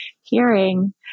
hearing